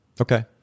Okay